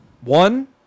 One